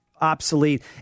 obsolete